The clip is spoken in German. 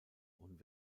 und